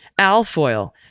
alfoil